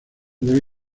debe